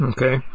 Okay